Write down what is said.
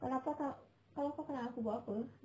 kau lapar kau kau lapar kau nak aku buat apa